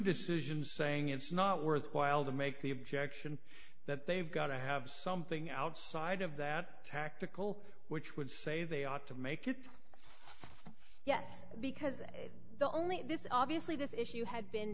decisions saying it's not worthwhile to make the objection that they've got to have something outside of that tactical which would say they ought to make it yes because the only this is obviously this issue had been